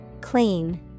Clean